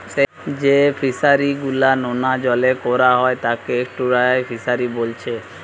যেই ফিশারি গুলা নোনা জলে কোরা হয় তাকে এস্টুয়ারই ফিসারী বোলছে